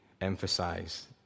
emphasize